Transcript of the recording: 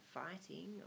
fighting